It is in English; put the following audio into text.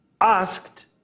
asked